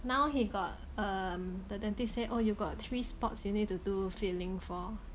now he got err the dentist say oh you got three spots you need to do filling for